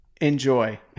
enjoy